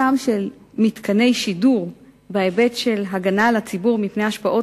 הקמתם של מתקני שידור בהיבט של הגנה על הציבור מפני השפעות